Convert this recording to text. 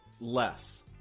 less